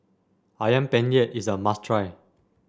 ayam Penyet is a must try